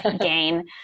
gain